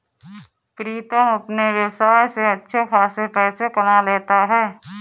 प्रीतम अपने व्यवसाय से अच्छे खासे पैसे कमा लेता है